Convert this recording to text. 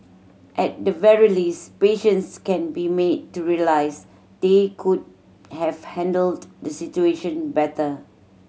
at the very least patients can be made to realise they could have handled the situation better